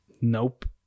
Nope